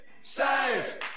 Save